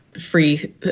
free